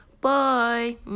Bye